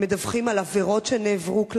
מדווחים על עבירות שנעברו כלפיהם,